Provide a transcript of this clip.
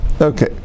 Okay